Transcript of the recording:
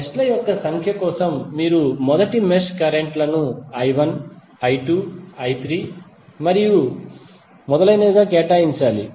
మెష్ల సంఖ్య కోసం మీరు మొదటి మెష్ కరెంట్ లను I1 I2 I3 మరియు మొదలైనవి గా కేటాయించాలి